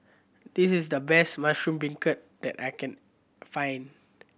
this is the best mushroom beancurd that I can find